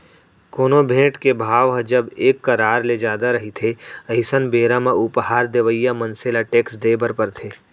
कोनो भेंट के भाव ह जब एक करार ले जादा रहिथे अइसन बेरा म उपहार देवइया मनसे ल टेक्स देय बर परथे